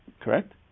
Correct